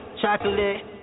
Chocolate